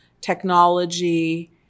technology